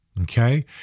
Okay